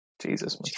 Jesus